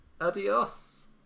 Adios